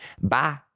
bye